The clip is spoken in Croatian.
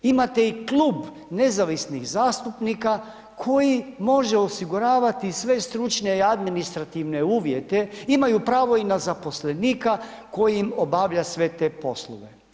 Imate i Klub nezavisnih zastupnika, koji može osiguravati i sve stručne i administrativne uvijete, imaju pravo i na zaposlenika koji im obavlja sve te poslove.